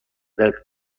del